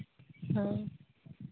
ᱦᱳᱭ